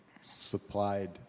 supplied